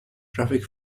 traffic